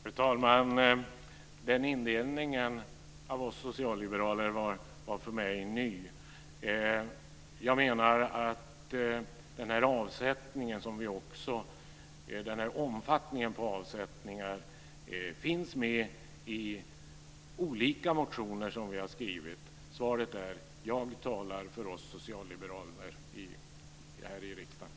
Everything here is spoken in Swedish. Fru talman! Den indelningen av oss socialliberaler var ny för mig. Jag menar att den här omfattningen på avsättningar finns med i olika motioner som vi har skrivit. Svaret är: Jag talar för oss socialliberaler här i riksdagen.